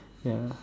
ya